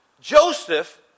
Joseph